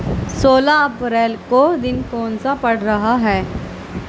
سولہ اپریل کو دن کون سا پڑ رہا ہے